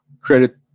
credit